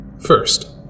First